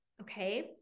okay